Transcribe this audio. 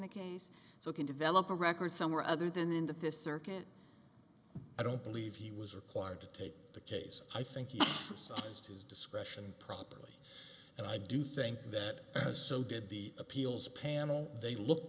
the case so i can develop a record somewhere other than in the fifth circuit i don't believe he was required to take the case i think you saw his discretion properly and i do think that so did the appeals panel they looked